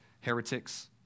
heretics